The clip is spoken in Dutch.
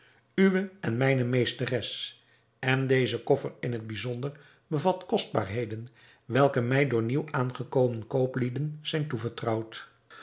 uwe en mijne meesteres en deze koffer in het bijzonder bevat kostbaarheden welke mij door nieuw aangekomen kooplieden zijn toevertrouwd